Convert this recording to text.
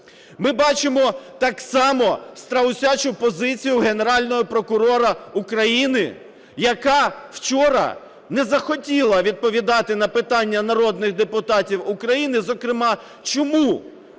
Ми бачимо так само "страусячу позицію" Генерального прокурора України, яка вчора не захотіла відповідати на питання народних депутатів України, зокрема, чому